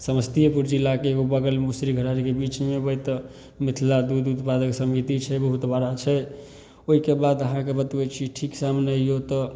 समस्तिएपुर जिलाके एगो बगलमे श्री घरारीके बीचमे अएबै तऽ मिथिला दूध उत्पादक समिति छै बहुत बड़ा छै ओहिके बाद अहाँके बतबै छी ठीक सामने अइऔ तऽ